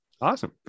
Awesome